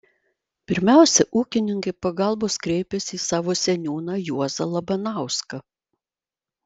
pirmiausia ūkininkai pagalbos kreipėsi į savo seniūną juozą labanauską